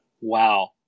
Wow